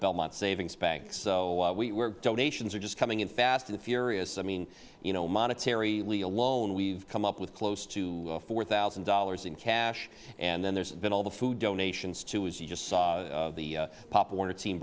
belmont savings bank so we were donations are just coming in fast and furious i mean you know monetary alone we've come up with close to four thousand dollars in cash and then there's been all the food donations to as you just saw the pop warner team